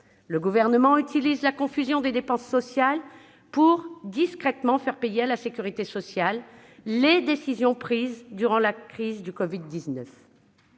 Le Gouvernement utilise la confusion des dépenses sociales pour faire discrètement payer à la sécurité sociale les décisions prises durant la crise du covid-19.